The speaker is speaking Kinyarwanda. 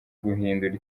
guhindura